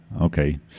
Okay